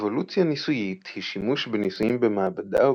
אבולוציה ניסויית היא שימוש בניסויים במעבדה או